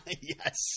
Yes